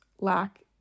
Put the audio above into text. lack